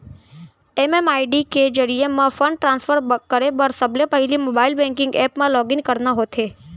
MMID के जरिये म फंड ट्रांसफर करे बर सबले पहिली मोबाइल बेंकिंग ऐप म लॉगिन करना होथे